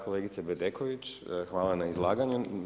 Kolegice Bedeković hvala na izlaganju.